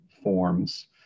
forms